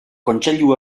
kontseilu